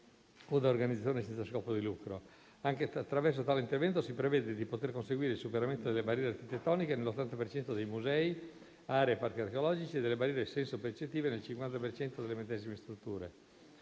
da organizzazioni senza scopo di lucro. Anche attraverso tale intervento si prevede di poter conseguire il superamento delle barriere architettoniche nell'80 per cento dei musei, aree e parchi archeologici e delle barriere senso-percettive nel 50 per cento delle medesime strutture.